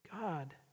God